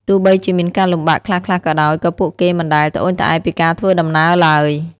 ទោះបីជាមានការលំបាកខ្លះៗក៏ដោយក៏ពួកគេមិនដែលត្អូញត្អែរពីការធ្វើដំណើរឡើយ។